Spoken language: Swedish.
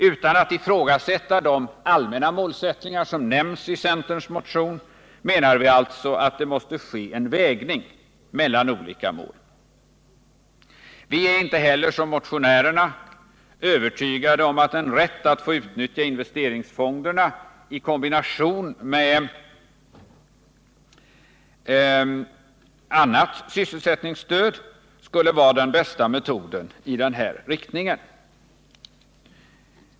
Utan att ifrågasätta de allmänna målsättningar som nämnts i centerns motioner menar vi att det får ske en vägning mellan olika mål. Vi är inte heller — som motionärerna — övertygade om att en rätt att få utnyttja investeringsfonderna i kombination med annat sysselsättningsstöd är den rätta metoden i den riktningen.